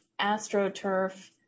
astroturf